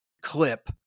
clip